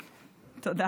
תודה.